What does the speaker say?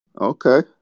okay